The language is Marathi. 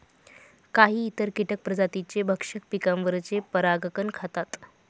काही इतर कीटक प्रजातींचे भक्षक पिकांवरचे परागकण खातात